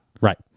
Right